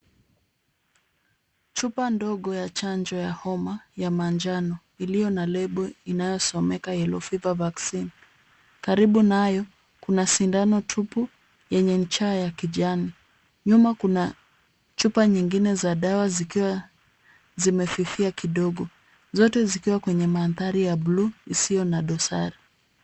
Chupa ndogo ya chanjo ya homa ya manjano, iliyo na lebo inayosomeka Yellow Fever Vaccine . Karibu nayo kuna sindano tupu, yenye ncha ya kijani. Nyuma kuna chupa nyingine za dawa zikiwa zimefifia kidogo. Zote zikiwa kwenye mandhari ya buluu isiyo na dosari.